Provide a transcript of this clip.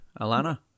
alana